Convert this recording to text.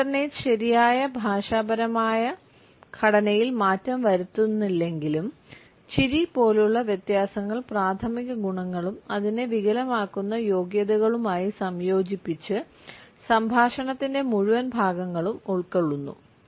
alternates ശരിയായ ഭാഷാപരമായ ഘടനയിൽ മാറ്റം വരുത്തുന്നില്ലെങ്കിലും ചിരി പോലുള്ള വ്യത്യാസങ്ങൾ പ്രാഥമിക ഗുണങ്ങളും അതിനെ വികലമാക്കുന്ന യോഗ്യതകളുമായി സംയോജിപ്പിച്ച് സംഭാഷണത്തിന്റെ മുഴുവൻ ഭാഗങ്ങളും ഉൾക്കൊള്ളുന്നു